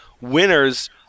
winners